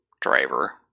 driver